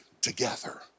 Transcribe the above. together